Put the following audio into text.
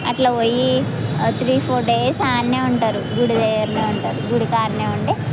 అట్లా పోయి three four days ఆడ ఉంటారు గుడి దగ్గర ఉంటారు గుడి కాడ ఉండి